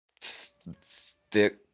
thick